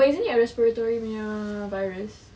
but isn't it a respiratory punya virus